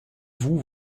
vous